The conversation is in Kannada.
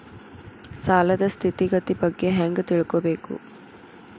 ಸಾಲದ್ ಸ್ಥಿತಿಗತಿ ಬಗ್ಗೆ ಹೆಂಗ್ ತಿಳ್ಕೊಬೇಕು?